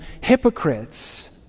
hypocrites